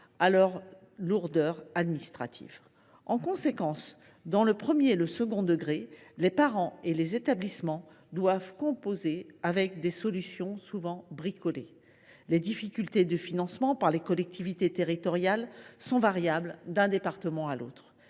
à leur lourdeur administrative. En conséquence, dans le premier et le second degré, les parents et les établissements doivent mettre en œuvre des solutions souvent bricolées. Les difficultés de financement par les collectivités territoriales varient d’un département à l’autre.